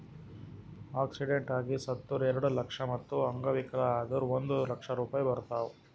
accident ಆಗಿ ಸತ್ತುರ್ ಎರೆಡ ಲಕ್ಷ, ಮತ್ತ ಅಂಗವಿಕಲ ಆದುರ್ ಒಂದ್ ಲಕ್ಷ ರೂಪಾಯಿ ಬರ್ತಾವ್